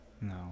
no